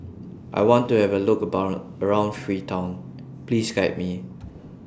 I want to Have A Look Bond around Freetown Please Guide Me